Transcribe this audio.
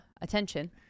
attention